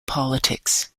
politics